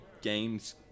Games